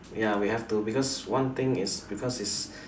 ya we have to because one thing is because is